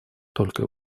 только